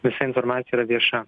visa informacija yra vieša